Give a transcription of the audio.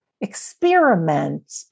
experiment